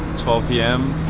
twelve p m,